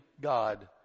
God